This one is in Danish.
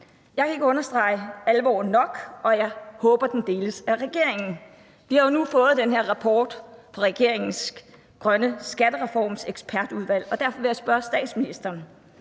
Jeg kan ikke understrege alvoren nok, og jeg håber, at den deles af regeringen. Vi har jo nu fået den her rapport fra regeringens grønne skattereformsekspertudvalg, og derfor vil jeg spørge statsministeren: